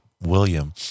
William